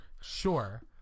Sure